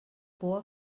por